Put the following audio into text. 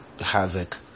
havoc